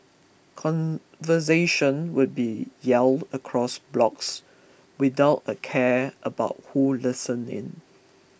conversations would be yelled across blocks without a care about who listened in